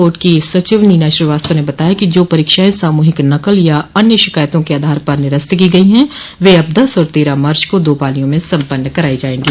board की सचिव नीना श्रीवास्तव ने बताया कि जो परीक्षाएं सामूहिक नकल या अन्य शिकायतों के आधार पर निरस्त की गई हैं वे अब दस और तेरह मार्च को दो पालियों में सम्पन्न कराई जायें गी